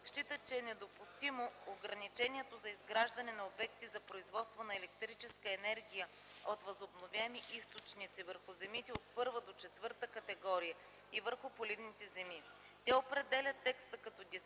считат, че е недопустимо ограничението за изграждането на обекти за производство на електрическа енергия от възобновяеми източници върху земите от първа до четвърта категория и върху поливните земи. Те определят текста като